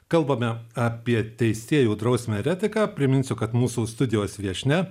kalbame apie teisėjų drausmę ir etiką priminsiu kad mūsų studijos viešnia